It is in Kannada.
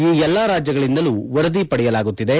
ಈ ಎಲ್ಲ ರಾಜ್ಯಗಳಿಂದಲೂ ವರದಿ ಪಡೆಯಲಾಗುತ್ತಿದೆ